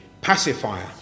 pacifier